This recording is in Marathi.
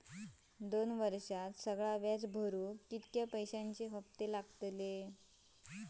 दोन वर्षात सगळा व्याज भरुक कितक्या पैश्यांचे हप्ते लागतले?